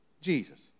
Jesus